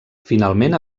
finalment